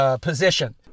position